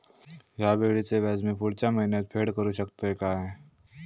हया वेळीचे व्याज मी पुढच्या महिन्यात फेड करू शकतय काय?